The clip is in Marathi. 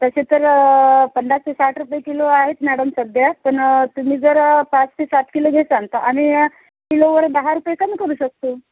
तसे तर पन्नास ते साठ रुपये किलो आहेत मॅडम सध्या पण तुम्ही जर पाच ते सात किलो घेसान तर आम्ही किलोवर दहा रुपये कमी करू शकतो